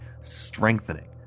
strengthening